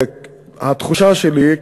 התחושה שלי,